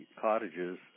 cottages